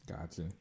Gotcha